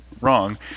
wrong